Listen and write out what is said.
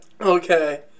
Okay